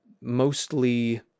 Mostly